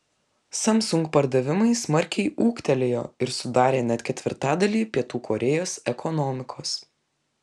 samsung pardavimai smarkiai ūgtelėjo ir sudarė net ketvirtadalį pietų korėjos ekonomikos